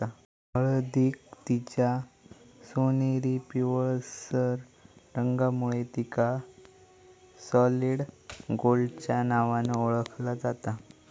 हळदीक तिच्या सोनेरी पिवळसर रंगामुळे तिका सॉलिड गोल्डच्या नावान ओळखला जाता